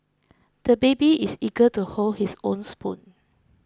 the baby is eager to hold his own spoon